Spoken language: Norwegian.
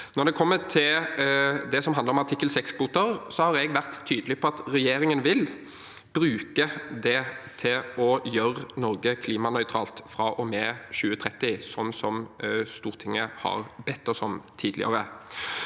det som handler om artikkel 6kvoter, har jeg vært tydelig på at regjeringen vil bruke det til å gjøre Norge klimanøytralt fra og med 2030, sånn som Stortinget har bedt oss om tidligere.